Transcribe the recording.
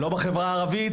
לא בחברה הערבית,